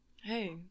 Hey